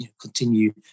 continue